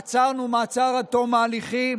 עצרנו למעצר עד תום ההליכים